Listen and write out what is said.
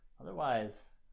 otherwise